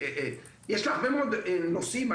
נושאים.